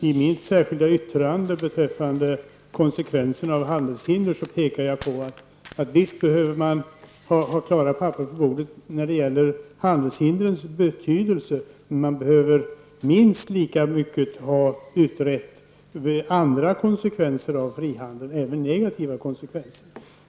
I mitt särskilda yttrande beträffande konsekvenserna av handelshinder pekar jag på att man behöver ha klara papper på bordet när det gäller handelshinders betydelse, men man behöver minst lika väl få andra konsekvenser av frihandeln utredda, även negativa konsekvenser.